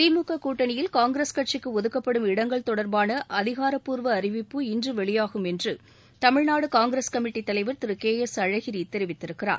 திமுக கூட்டணியில் காங்கிரஸ் கட்சிக்கு ஒதுக்கப்படும் இடங்கள் தொடர்பான அதிகாரப்பூர்வ அறிவிப்பு இன்று வெளியாகும் என்று தமிழ்நாடு காங்கிரஸ் கமிட்டித் தலைவர் திரு கே எஸ் அழகிரி தெரிவித்திருக்கிறார்